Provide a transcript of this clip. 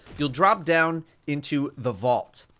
you'll drop down into the vault.